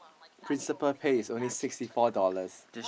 principal pay is only sixty four dollars